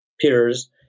peers